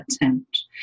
attempt